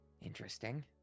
interesting